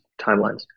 timelines